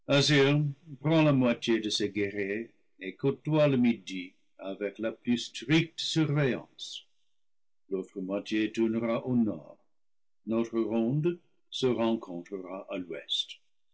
la moitié de ces guerriers et côtoie le midi avec la plus stricte surveillance l'autre moitié tournera au nord notre ronde se rencontrera à l'ouest